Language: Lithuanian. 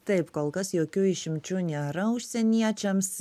taip kol kas jokių išimčių nėra užsieniečiams